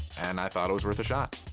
and i thought it was worth a shot.